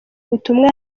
ubutumwa